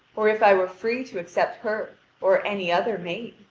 or if i were free to accept her or any other maid.